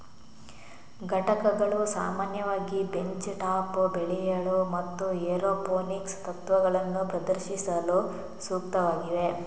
ಘಟಕಗಳು ಸಾಮಾನ್ಯವಾಗಿ bench top ಬೆಳೆಯಲು ಮತ್ತು ಏರೋಪೋನಿಕ್ಸ್ ತತ್ವಗಳನ್ನು ಪ್ರದರ್ಶಿಸಲು ಸೂಕ್ತವಾಗಿವೆ